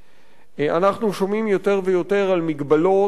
אנחנו שומעים יותר ויותר על מגבלות על